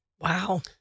Wow